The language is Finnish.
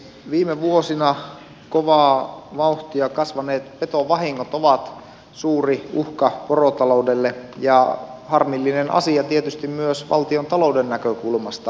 viime vuosina kovaa vauhtia kasvaneet petovahingot ovat suuri uhka porotaloudelle ja harmillinen asia tietysti myös valtiontalouden näkökulmasta